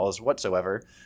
whatsoever